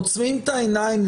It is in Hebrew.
עוצמים את העיניים?